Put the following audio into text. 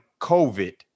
COVID